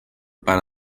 para